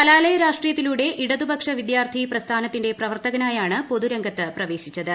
കലാലായ രാഷ്ട്രീയത്തിലൂടെ ഇടതു പക്ഷ വിദ്യാർഥി പ്രസ്ഥാനത്തിന്റെ പ്രവർത്തകനായാണ് പൊതു രംഗത് പ്രവേശിച്ചത്